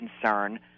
concern